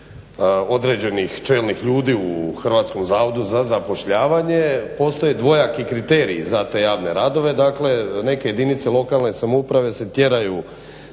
određenih čelnih ljudi u HZZ-u postoji dvojaki kriteriji za te javne radove, dakle neke jedinice lokalne samouprave se tjeraju